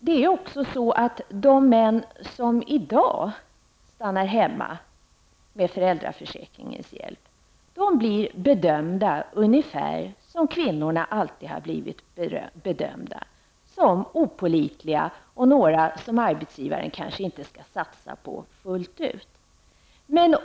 De män som i dag stannar hemma med föräldraförsäkringens hjälp blir också bedömda ungefär på samma sätt som kvinnor alltid har blivit bedömda, dvs. som opålitliga och som några som arbetsgivaren kanske inte skall satsa på fullt ut.